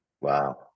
Wow